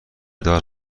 دار